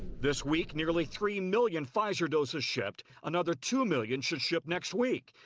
this week nearly three million pfizer doses shipped, another two million should ship next week,